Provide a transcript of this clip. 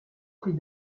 pris